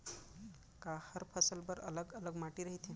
का हर फसल बर अलग अलग माटी रहिथे?